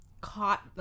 Caught